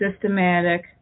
systematic